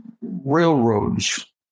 Railroads